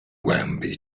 głębi